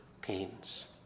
pains